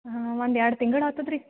ಹಾಂ ಒಂದು ಎರಡು ತಿಂಗ್ಳು ಆಗ್ತದ್ ರೀ